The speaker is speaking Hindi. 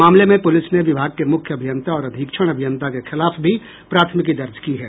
मामले में पूलिस ने विभाग के मुख्य अभियंता और अधीक्षण अभियंता के खिलाफ भी प्राथमिकी दर्ज की है